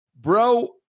bro